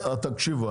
טוב,